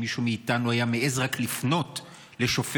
שאם מישהו מאיתנו היה מעז רק לפנות לשופט,